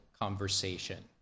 conversation